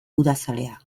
udazalea